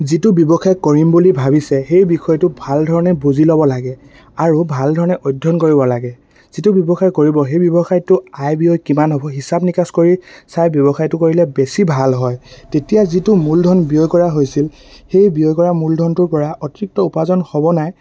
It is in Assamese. যিটো ব্যৱসায় কৰিম বুলি ভাবিছে সেই বিষয়টো ভাল ধৰণে বুজি ল'ব লাগে আৰু ভাল ধৰণে অধ্যয়ন কৰিব লাগে যিটো ব্যৱসায় কৰিব সেই ব্যৱসায়টো আই ব্যয় কিমান হ'ব হিচাপ নিকাচ কৰি চাই ব্যৱসায়টো কৰিলে বেছি ভাল হয় তেতিয়া যিটো মূলধন ব্যয় কৰা হৈছিল সেই ব্যয় কৰা মূলধনটোৰপৰা অতিৰিক্ত উপাৰ্জন হ'ব নাই